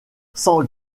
sans